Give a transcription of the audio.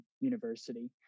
university